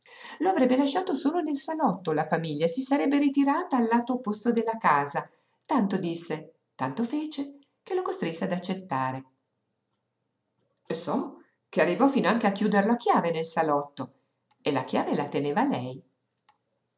lo avrebbero lasciato solo nel salotto la famiglia si sarebbe ritirata al lato opposto della casa tanto disse tanto fece che lo costrinse ad accettare so che arrivò finanche a chiuderlo a chiave nel salotto e la chiave la teneva lei